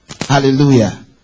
Hallelujah